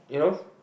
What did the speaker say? you know